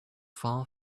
far